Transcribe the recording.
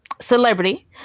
celebrity